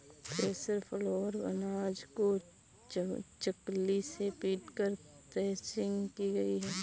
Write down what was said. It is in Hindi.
थ्रेसर फ्लोर पर अनाज को चकली से पीटकर थ्रेसिंग की गई